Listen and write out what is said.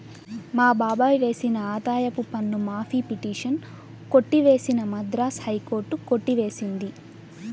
మా బాబాయ్ వేసిన ఆదాయపు పన్ను మాఫీ పిటిషన్ కొట్టివేసిన మద్రాస్ హైకోర్టు కొట్టి వేసింది